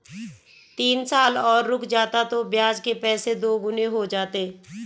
तीन साल और रुक जाता तो ब्याज के पैसे दोगुने हो जाते